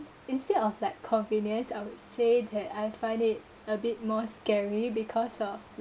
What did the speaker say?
instead of like convenience I would say that I find it a bit more scary because of